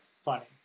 funny